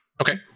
Okay